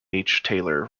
taylor